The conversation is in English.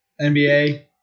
NBA